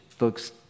looks